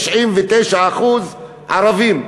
99% ערבים.